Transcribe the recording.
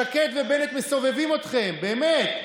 שקד ובנט מסובבים אתכם, באמת.